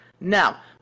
Now